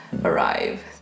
arrive